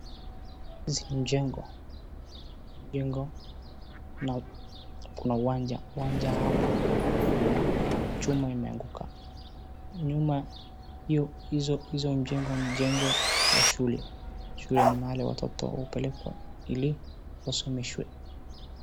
Hizi ni jengo, jengo na kuna uwanja. Uwanja hapa kuna chuma imeanguka, nyuma ya hizo mijengo ni jengo ya shule. Shule ni mahali watoto hupelekwa ili wasomeshwe.